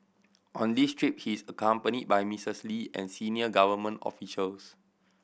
on this trip he is accompany by Mistress Lee and senior government officials